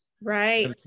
Right